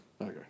Okay